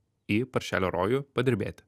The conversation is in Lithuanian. į paršelio rojų padirbėti